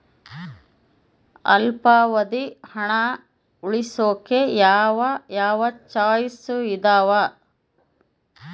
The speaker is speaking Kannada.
ಅಲ್ಪಾವಧಿ ಹಣ ಉಳಿಸೋಕೆ ಯಾವ ಯಾವ ಚಾಯ್ಸ್ ಇದಾವ?